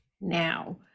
now